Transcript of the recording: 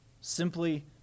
Simply